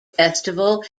festival